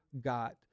got